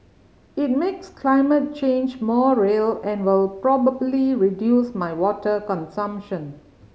it makes climate change more real and will probably reduce my water consumption